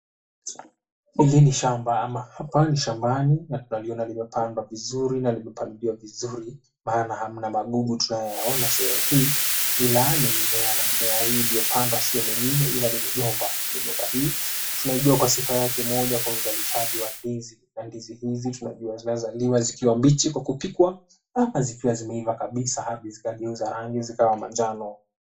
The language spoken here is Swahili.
Hili ni shamba ama hapa ni shambani na tunaliona limepandwa vizuri na limepaliliwa vizuri maana hamna magugu tunayoyaona sehemu hii ila ni mimea na mimea hii iliyopandwa si mingine ila ni migomba. Migomba hii tunaijua kwa sifa yake moja kwa uzalishaji wa ndizi na ndizi hizi tunajua zinaeazaliwa zikiwa mbichi kwa kupikwa ama zikiwa zimeiva kabisa hadi zikageuza rangi zikawa manjano.